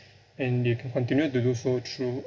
and you can continue to do so through